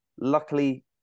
Luckily